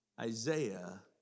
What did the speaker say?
Isaiah